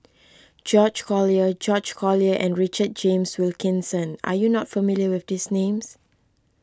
George Collyer George Collyer and Richard James Wilkinson are you not familiar with these names